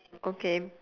okay